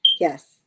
Yes